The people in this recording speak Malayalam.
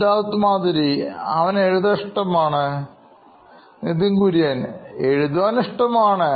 Siddharth Maturi CEO Knoin Electronics എഴുതുവാൻ ഇഷ്ടമാണ് Nithin Kurian COO Knoin Electronics എഴുതുവാൻ ഇഷ്ടമാണ്